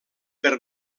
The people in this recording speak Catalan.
per